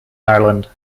ireland